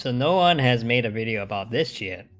so no one has made a video about this ship